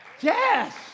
Yes